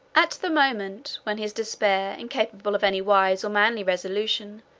at the moment when his despair, incapable of any wise or manly resolution,